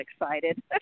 excited